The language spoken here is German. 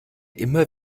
immer